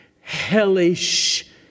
hellish